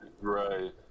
Right